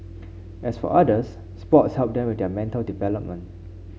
as for others sports help them with their mental development